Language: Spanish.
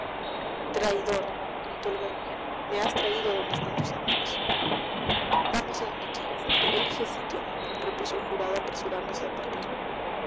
traidor gritó el guerrillero me has traído a donde están tus amigos vamos adonde quieras elige sitio repuso el jurado apresurándose a partir